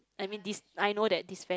I mean this I know that this friend